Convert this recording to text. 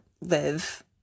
live